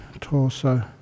torso